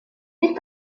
est